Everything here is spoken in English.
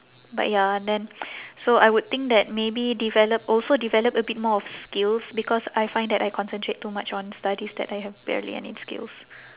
but ya then so I would think that maybe develop also develop a bit more of skills because I find that I concentrate too much on studies that I have barely any skills